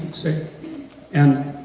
say and